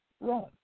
wrong